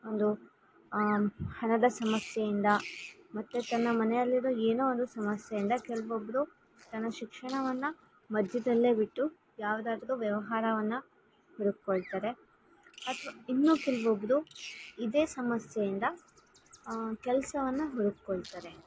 ಒಂದು ಹಣದ ಸಮಸ್ಯೆಯಿಂದ ಮತ್ತು ತನ್ನ ಮನೆಯಲ್ಲಿರೊ ಏನೋ ಒಂದು ಸಮಸ್ಯೆಯಿಂದ ಕೆಲವೊಬ್ರು ತನ್ನ ಶಿಕ್ಷಣವನ್ನು ಮಧ್ಯದಲ್ಲೇ ಬಿಟ್ಟು ಯಾವುದಾದ್ರು ವ್ಯವಹಾರವನ್ನು ಹುಡುಕ್ಕೊಳ್ತಾರೆ ಅಥವಾ ಇನ್ನು ಕೆಲವೊಬ್ರು ಇದೇ ಸಮಸ್ಯೆಯಿಂದ ಕೆಲಸವನ್ನ ಹುಡುಕ್ಕೊಳ್ತಾರೆ